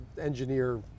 engineer